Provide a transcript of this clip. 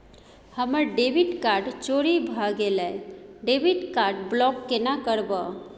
हमर debit card चोरी भगेलै डेबिट कार्ड ब्लॉक केना करब?